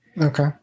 Okay